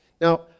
now